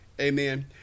amen